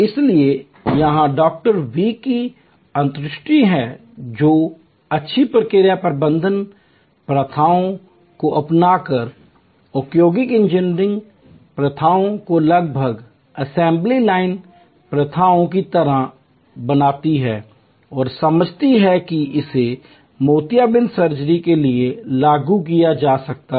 इसलिए यह Dr V की अंतर्दृष्टि है जो अच्छी प्रक्रिया प्रबंधन प्रथाओं को अपनाकर औद्योगिक इंजीनियरिंग प्रथाओं को लगभग असेंबली लाइन प्रथाओं की तरह बनाती है और समझती है कि इसे मोतियाबिंद सर्जरी के लिए लागू किया जा सकता है